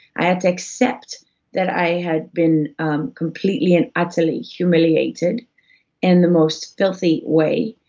i had to accept that i had been completely and utterly humiliated in the most filthy way,